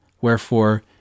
Wherefore